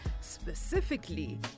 specifically